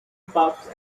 puffs